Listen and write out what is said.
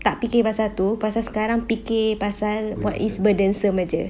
tak fikir pasal tu pasal sekarang fikir pasal what is burdensome saje